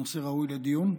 נושא ראוי לדיון.